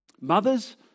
Mothers